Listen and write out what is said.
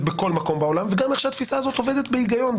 בכל מקום בעולם וגם איך שהתפיסה הזאת עובדת בהיגיון,